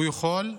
הוא יכול.